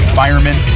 firemen